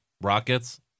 Rockets